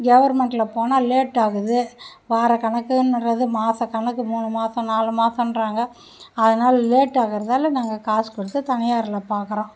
கவுர்மெண்ட்ல போனா லேட் ஆகுது வாரக் கணக்குன்னுறது மாசக்கணக்கு மூணு மாதம் நாலு மாதன்றாங்க அதுனால் லேட் ஆகிறதால நாங்கள் காசு கொடுத்து தனியாரில் பார்க்கறோம்